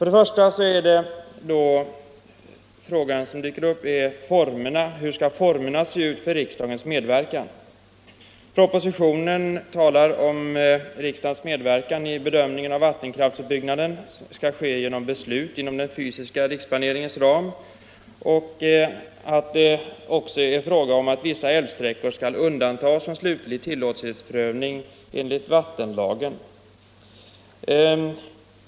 Den första frågan som dyker upp är hur formerna för riksdagens medverkan skall se ut. Propositionen talar om att riksdagens medverkan vid bedömning av vattenkraftsutbyggnaden skall ske genom beslut inom den fysiska riksplaneringens ram. Det är också fråga om att vissa älvsträckor skall undantas från slutlig tillåtlighetsprövning enligt vattenlagen.